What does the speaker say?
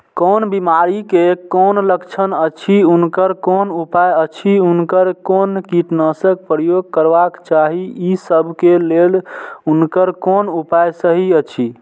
कोन बिमारी के कोन लक्षण अछि उनकर कोन उपाय अछि उनकर कोन कीटनाशक प्रयोग करबाक चाही ई सब के लेल उनकर कोन उपाय सहि अछि?